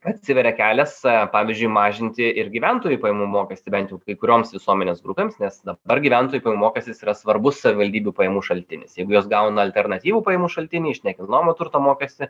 atsiveria kelias e pavyzdžiui mažinti ir gyventojų pajamų mokestį bent jau kai kurioms visuomenės grupėms nes dabar gyventojų pajamų mokestis jis yra svarbus savivaldybių pajamų šaltinis jeigu jos gauna alternatyvų pajamų šaltinį iš nekilnojamo turto mokestį